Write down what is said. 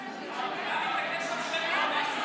יש לנו 20 חתימות.